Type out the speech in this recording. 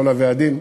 לא לוועדים.